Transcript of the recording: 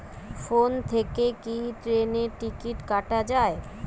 Phone থেকে কি ট্রেনের টিকিট কাটা য়ায়?